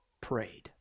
prayed